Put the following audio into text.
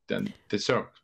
ten tiesiog